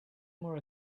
more